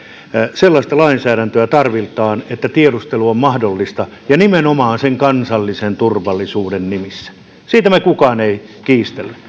sellaista lainsäädäntöä tarvitaan että tiedustelu on mahdollista ja nimenomaan sen kansallisen turvallisuuden nimissä siitä meistä kukaan ei kiistele